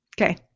Okay